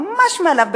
ממש מעליו,